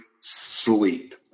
sleep